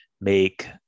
make